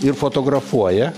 ir fotografuoja